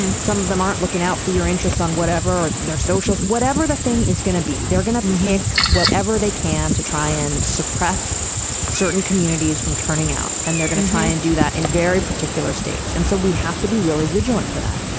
some of them aren't looking out for your interests on whatever their socialist, whatever the thing is going to be. they're going to pick whatever they can to try and suppress certain communities from turning out. and they're going to try and do that in very particular states. and so we have to be really vigilant for that.